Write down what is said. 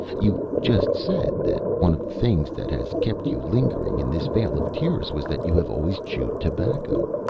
you just said that one of the things that has kept you lingering in this vale of tears was that you have always chewed tobacco.